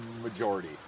majority